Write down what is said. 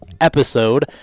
episode